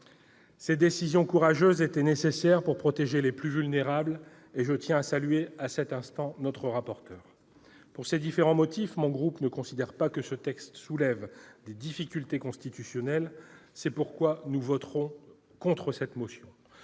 Ces décisions courageuses étaient nécessaires pour protéger les plus vulnérables, et je tiens à en féliciter notre rapporteur. Pour ces différents motifs, mon groupe ne considère pas que ce texte soulève des difficultés constitutionnelles, et votera donc contre la présente motion